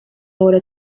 ahora